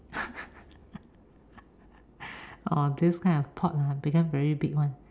!aww! this kind of thought ah become very big [one]